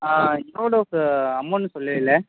amount சொல்லவேயில்லை